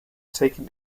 taken